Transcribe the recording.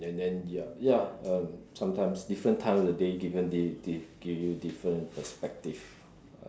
and then ya ya um sometimes different time of day different day give give give you different perspective